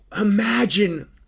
Imagine